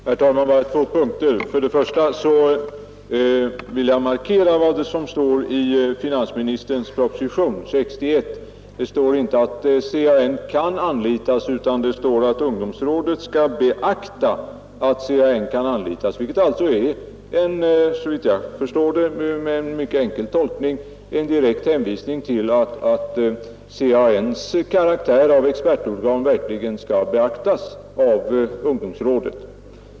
Herr talman! Jag ber att få markera vad som står i propositionen 61. Där står inte att CAN kan anlitas utan det står att ungdomsrådet skall beakta att CAN kan anlitas, vilket såvitt jag förstår med en mycket enkel tolkning är en direkt hänvisning till att CAN:s karaktär av expertorgan verkligen skall tillvaratas av ungdomsrådet.